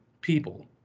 people